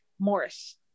morris